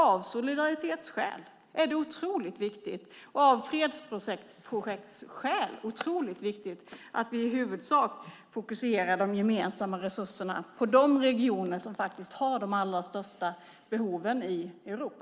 Av solidaritetsskäl och av fredsprojektsskäl är det otroligt viktigt att vi i huvudsak fokuserar de gemensamma resurserna på de regioner som faktiskt har de allra största behoven i Europa.